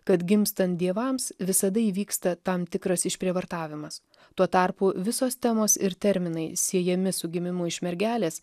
kad gimstant dievams visada įvyksta tam tikras išprievartavimas tuo tarpu visos temos ir terminai siejami su gimimu iš mergelės